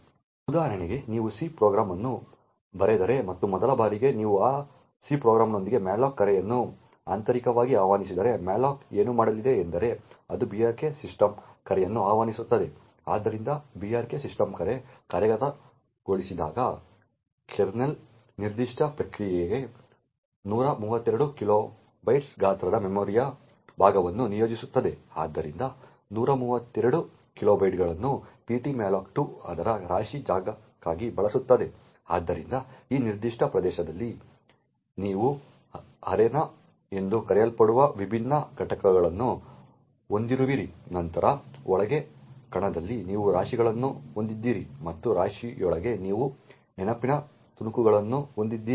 ಉದಾಹರಣೆಗೆ ನೀವು C program ಅನ್ನು ಬರೆದರೆ ಮತ್ತು ಮೊದಲ ಬಾರಿಗೆ ನೀವು ಆ C ಪ್ರೋಗ್ರಾಂನೊಂದಿಗೆ malloc ಕರೆಯನ್ನು ಆಂತರಿಕವಾಗಿ ಆಹ್ವಾನಿಸಿದರೆ malloc ಏನು ಮಾಡಲಿದೆ ಎಂದರೆ ಅದು brk ಸಿಸ್ಟಮ್ ಕರೆಯನ್ನು ಆಹ್ವಾನಿಸುತ್ತದೆ ಆದ್ದರಿಂದ brk ಸಿಸ್ಟಮ್ ಕರೆ ಕಾರ್ಯಗತಗೊಳಿಸಿದಾಗ ಕರ್ನಲ್ ನಿರ್ದಿಷ್ಟ ಪ್ರಕ್ರಿಯೆಗೆ 132 ಕಿಲೋಬೈಟ್ಗಳ ಗಾತ್ರದ ಮೆಮೊರಿಯ ಭಾಗವನ್ನು ನಿಯೋಜಿಸುತ್ತದೆ ಆದ್ದರಿಂದ 132 ಕಿಲೋಬೈಟ್ಗಳನ್ನು ptmalloc2 ಅದರ ರಾಶಿ ಜಾಗಕ್ಕಾಗಿ ಬಳಸುತ್ತದೆ ಆದ್ದರಿಂದ ಈ ನಿರ್ದಿಷ್ಟ ಪ್ರದೇಶದಲ್ಲಿ ನೀವು ಅರೆನಾ ಎಂದು ಕರೆಯಲ್ಪಡುವ ವಿಭಿನ್ನ ಘಟಕಗಳನ್ನು ಹೊಂದಿರುವಿರಿ ನಂತರ ಒಳಗೆ ಕಣದಲ್ಲಿ ನೀವು ರಾಶಿಗಳನ್ನು ಹೊಂದಿದ್ದೀರಿ ಮತ್ತು ರಾಶಿಯೊಳಗೆ ನೀವು ನೆನಪಿನ ತುಣುಕುಗಳನ್ನು ಹೊಂದಿದ್ದೀರಿ